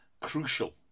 crucial